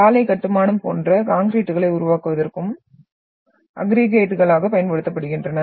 சாலை கட்டுமானம் போன்ற கான்கிரீட்டுகளை உருவாக்குவதற்கும் அக்ரிகய்ட்களாக பயன்படுத்தப்படுகின்றன